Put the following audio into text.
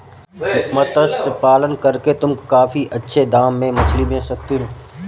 मत्स्य पालन करके तुम काफी अच्छे दाम में मछली बेच सकती हो